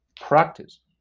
practice